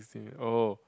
I see oh